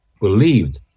believed